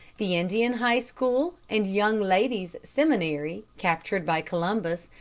the indian high school and young ladies' seminary captured by columbus,